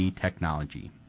technology